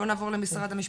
בואו נעבור למשרד המשפטים.